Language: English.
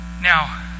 Now